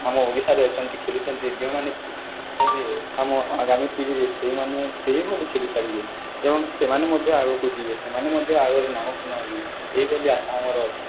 ଆମ ଓଡ଼ିଶାରେ ଅଛନ୍ତି ଖେଲୁଛନ୍ତି ଯେଉଁମାନେ ଆମ ଗ୍ରାମୀ ପିଢ଼ିରେ ସେଇମାନେ ସେହିଭଲି ଖେଲିପାରିବେ ଏବଂ ସେମାନେ ମଧ୍ୟ ଆଗକୁ ଯିବେ ସେମାନେ ମଧ୍ୟ ଆଗରେ ନାମ କମାଇବେ ଏହିଭଲି ଆଶା ଆମର ଅଛି